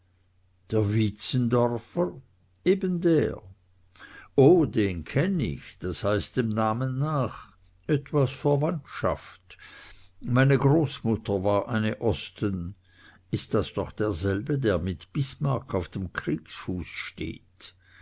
der wietzendorfer eben der o den kenn ich das heißt dem namen nach etwas verwandtschaft meine großmutter war eine osten ist doch derselbe der mit bismarck auf dem kriegsfuß steht